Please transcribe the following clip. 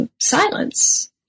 silence